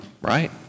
right